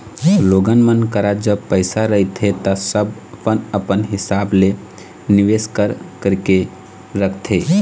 लोगन मन करा जब पइसा रहिथे ता सब अपन अपन हिसाब ले निवेस कर करके रखथे